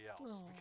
else